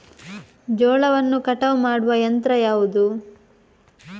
ಜೋಳವನ್ನು ಕಟಾವು ಮಾಡುವ ಯಂತ್ರ ಯಾವುದು?